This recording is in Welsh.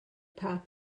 pam